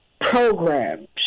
programs